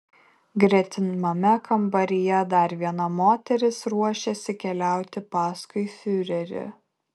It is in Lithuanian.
gretimame kambaryje dar viena moteris ruošėsi keliauti paskui fiurerį